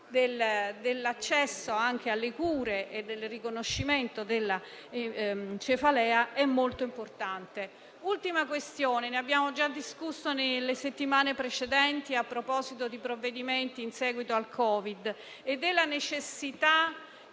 dell'accesso, anche alle cure, e del riconoscimento della cefalea è molto importante. Dell'ultima questione abbiamo già discusso nelle settimane precedenti a proposito di provvedimenti in seguito al Covid-19, ed è la necessità di